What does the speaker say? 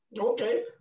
Okay